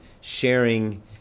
sharing